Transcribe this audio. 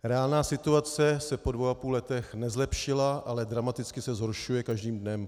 Reálná situace se po dvou a půl letech nezlepšila, ale dramaticky se zhoršuje každým dnem.